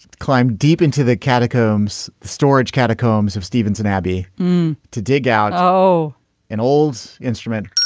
climb deep into the catacombs storage catacombs of stevenson abbey to dig out oh an old instrument